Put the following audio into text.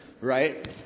right